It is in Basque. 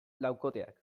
laukoteak